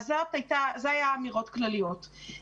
אלה היו אמירות כלליות.